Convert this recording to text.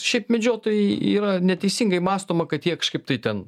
šiaip medžiotojai yra neteisingai mąstoma kad jie kažkaip tai ten